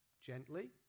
gently